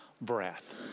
breath